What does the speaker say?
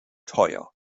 teuer